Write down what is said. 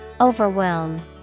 Overwhelm